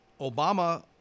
Obama